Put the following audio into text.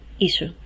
issue